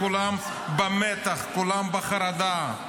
כולם במתח, כולם בחרדה.